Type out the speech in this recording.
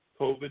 COVID